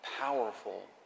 powerful